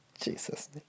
Jesus